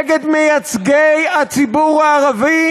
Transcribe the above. נגד מייצגי הציבור הערבי,